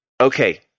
okay